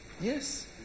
yes